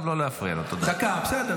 לא, אין לי בעיה, הכול בסדר.